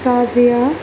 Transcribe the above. Shazia